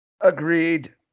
Agreed